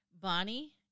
Bonnie